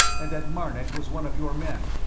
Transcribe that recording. and that marnik was one of your men.